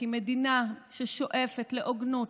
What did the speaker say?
כי מדינה ששואפת להוגנות,